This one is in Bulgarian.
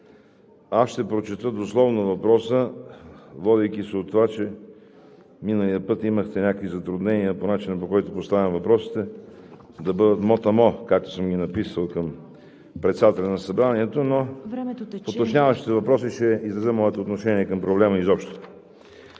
аз ще прочета дословно въпроса, водейки се от това, че миналия път имахте някакви затруднения по начина, по който поставям въпросите, да бъдат мотамо, както съм ги написал към председателя на Събранието, но в уточняващите въпроси ще изразя моето отношение към проблема изобщо.